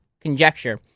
conjecture